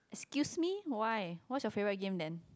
excuse me why what's your favourite game then